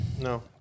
No